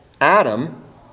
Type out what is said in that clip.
Adam